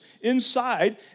inside